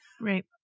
Right